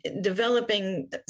developing